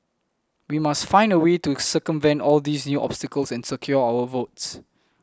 we must find a way to circumvent all these new obstacles and secure our votes